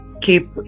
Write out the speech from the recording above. keep